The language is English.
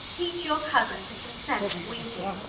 teach your cousin to consent winking